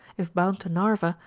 if bound to narva,